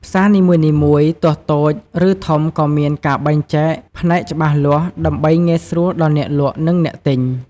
ផ្សារនីមួយៗ ទោះតូច ឬធំក៏មានការបែងចែកផ្នែកច្បាស់លាស់ ដើម្បីងាយស្រួលដល់អ្នកលក់ និងអ្នកទិញ។